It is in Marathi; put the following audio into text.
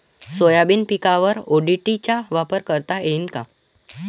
सोयाबीन पिकावर ओ.डी.टी चा वापर करता येईन का?